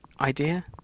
idea